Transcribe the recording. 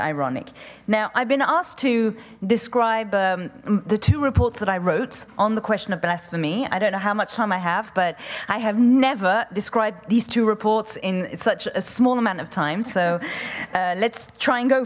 ironic now i've been asked to describe the two reports that i wrote on the question of blasphemy i don't know how much time i have but i have never described these two reports in it's such a small amount of time so let's try and go